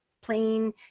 plain